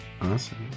Awesome